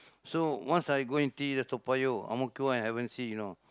so once I go and see the Toa-Payoh Ang-Mo-Kio one I haven't see you know